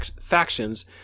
factions